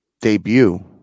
debut